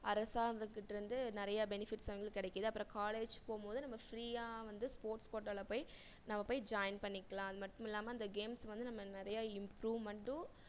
அரசாங்கத்து கிட்டருந்து நிறையா பெனிஃபிட்ஸ் அவங்களுக்கு கிடைக்குது அப்புறம் காலேஜ் போகும்போது நம்ம ஃப்ரீயாக வந்து ஸ்போர்ட்ஸ் கோட்டாவில் போய் நம்ம போய் ஜாயின் பண்ணிக்கலாம் அது மட்டுமில்லாமல் அந்த கேம்ஸ் வந்து நம்ம நிறையா இம்ப்ரூவ்மண்ட்டும்